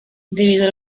debido